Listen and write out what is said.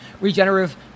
regenerative